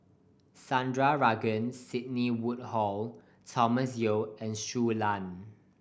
Sandrasegaran Sidney Woodhull Thomas Yeo and Shui Lan